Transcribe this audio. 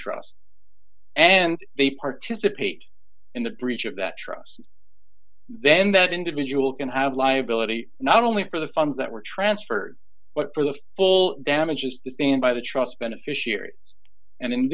trust and they participate in the breach of that trust then that individual can have liability not only for the funds that were transferred but for the full damages to stand by the trust beneficiary and